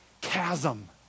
chasm